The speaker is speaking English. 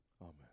Amen